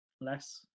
less